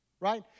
Right